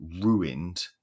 ruined